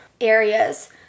areas